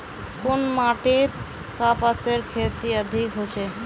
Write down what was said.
कुन माटित कपासेर खेती अधिक होचे?